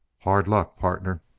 hard luck, partner!